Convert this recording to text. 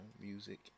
music